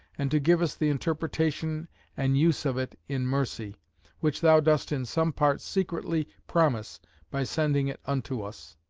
and to give us the interpretation and use of it in mercy which thou dost in some part secretly promise by sending it unto us